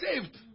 saved